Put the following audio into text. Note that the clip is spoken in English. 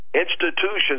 institutions